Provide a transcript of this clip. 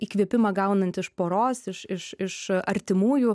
įkvėpimą gaunant iš poros iš iš iš artimųjų